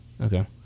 okay